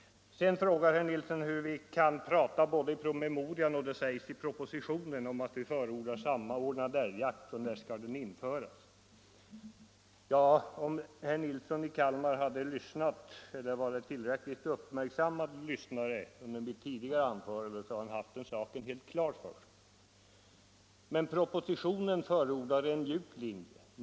Sedan frågar herr Nilsson i Kalmar hur vi i promemorian kan — och det talas också i propositionen om detta — förorda samordnad älgjakt och han undrar när den skall införas. Om herr Nilsson i Kalmar varit en tillräckligt uppmärksam lyssnare under mitt tidigare anförande hade han haft saken helt klar för sig. Propositionen förordar en mjuk linje.